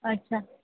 अच्छा